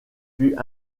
fut